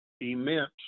immense